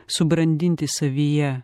subrandinti savyje